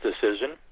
decision